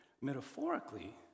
metaphorically